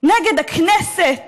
נגד הכנסת,